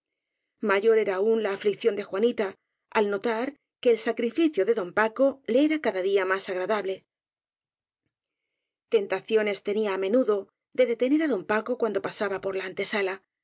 mayor era aún la aflicción de juanita al notar que el sacrificio de don paco le era cada día más agradable tentaciones tenía á menudo de detener á don paco cuando pasaba por la antesala